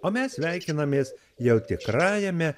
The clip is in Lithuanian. o mes sveikinamės jau tikrajame